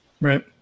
Right